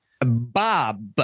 Bob